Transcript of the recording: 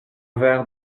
verre